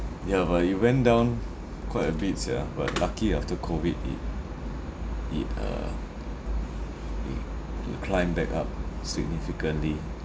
ya but it went down quite a bit sia but lucky after COVID it it uh [eh]it climb back up significantly